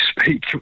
speak